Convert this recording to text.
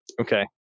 Okay